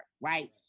right